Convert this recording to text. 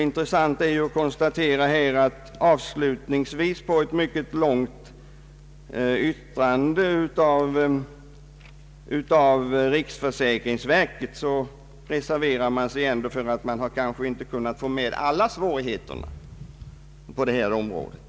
Intressant är att konstatera att t.ex. riksförsäkringsverket trots ett mycket långt yttrande avslutningsvis reserverar sig för att ver ket kanske inte kunnat få med alla svårigheter som finns på detta område.